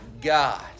God